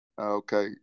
Okay